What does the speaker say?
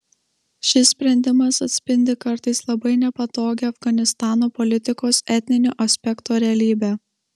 šis sprendimas atspindi kartais labai nepatogią afganistano politikos etninio aspekto realybę